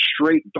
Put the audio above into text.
straight